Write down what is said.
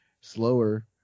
slower